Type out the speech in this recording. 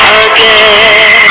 again